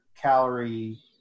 calorie